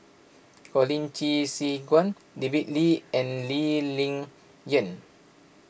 Colin Qi Zhe Quan David Lee and Lee Ling Yen